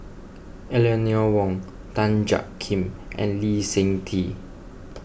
Eleanor Wong Tan Jiak Kim and Lee Seng Tee